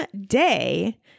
day